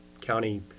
county